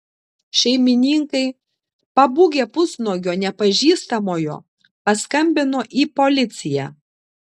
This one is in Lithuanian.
šeimininkai pabūgę pusnuogio nepažįstamojo paskambino į policiją